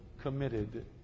committed